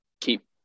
keep